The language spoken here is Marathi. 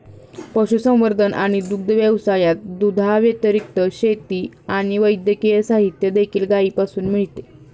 पशुसंवर्धन आणि दुग्ध व्यवसायात, दुधाव्यतिरिक्त, शेती आणि वैद्यकीय साहित्य देखील गायीपासून मिळते